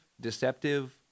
deceptive